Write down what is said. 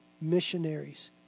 missionaries